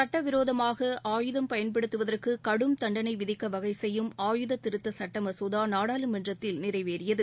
சட்டவிரோதமாக ஆயுதம் பயன்படுத்துவதற்கு கடும் தண்டனை விதிக்க வகைசெய்யும் ஆயுத திருத்த சட்ட மசோதா நாடாளுமன்றத்தில் நிறைவேறியது